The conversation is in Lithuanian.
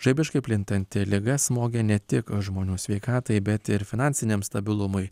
žaibiškai plintanti liga smogia ne tik žmonių sveikatai bet ir finansiniam stabilumui